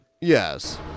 Yes